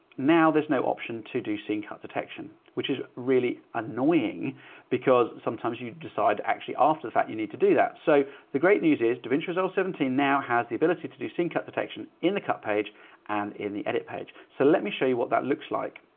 now there's no option to do scene cut detection which is really annoying because sometimes you decide to actually after the fact you need to do that. so the great news is davinci resolve seventeen now has the ability to do scene cut detection in the cut page and in the edit page. so let me show you what that looks like.